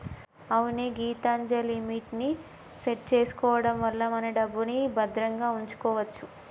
అవునే గీతాంజలిమిట్ ని సెట్ చేసుకోవడం వల్ల మన డబ్బుని భద్రంగా ఉంచుకోవచ్చు